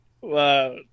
Wow